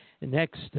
next